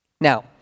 Now